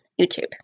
YouTube